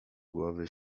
głowy